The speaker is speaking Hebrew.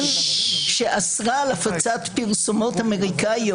Commission שאסרה על המרת הפרסומות האמריקאיות